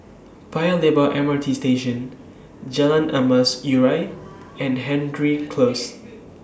Paya Lebar M R T Station Jalan Emas Urai and Hendry Close